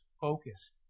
focused